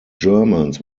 germans